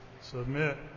submit